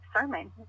sermon